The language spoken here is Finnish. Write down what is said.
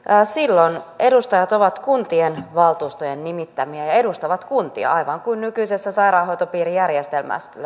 silloin edustajat ovat kuntien valtuustojen nimittämiä ja edustavat kuntia aivan niin kuin nykyisessä sairaanhoitopiirijärjestelmässäkin